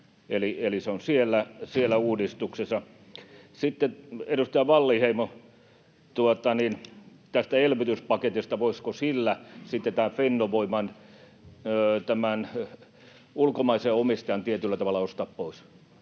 eli se on siellä uudistuksessa. Sitten, edustaja Wallinheimo, tästä elvytyspaketista, voisiko sillä sitten tämän Fennovoiman ulkomaisen omistajan tietyllä tavalla ostaa pois.